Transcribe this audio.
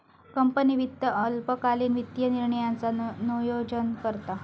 company वित्त अल्पकालीन वित्तीय निर्णयांचा नोयोजन करता